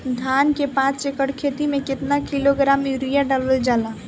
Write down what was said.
धान के पाँच एकड़ खेती में केतना किलोग्राम यूरिया डालल जाला?